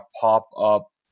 pop-up